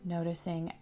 Noticing